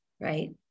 right